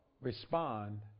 respond